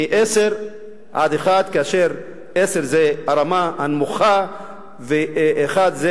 מ-10 עד 1, כאשר 10 זה הרמה הנמוכה ו-1 זה